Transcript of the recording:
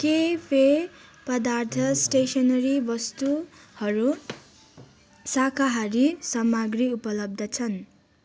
के पेय पदार्थ स्टेसनरी वस्तुहरू शाकाहारी सामाग्री उपलब्ध छन्